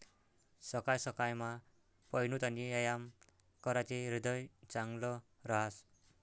सकाय सकायमा पयनूत आणि यायाम कराते ह्रीदय चांगलं रहास